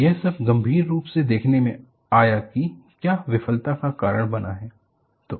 तो यह सब गंभीर रूप देखने मे आया कि क्या विफलता का कारण बना है